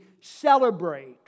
celebrate